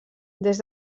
des